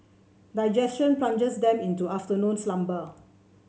digestion plunges them into afternoon slumber